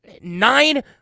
Nine